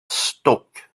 stuck